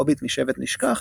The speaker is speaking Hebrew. הוביט משבט נשכח,